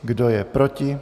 Kdo je proti?